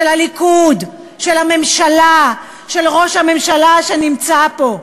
של הליכוד, של הממשלה, של ראש הממשלה שנמצא פה.